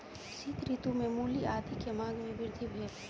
शीत ऋतू में मूली आदी के मांग में वृद्धि भेल